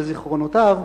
בזיכרונותיו,